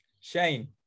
Shane